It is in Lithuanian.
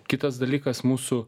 kitas dalykas mūsų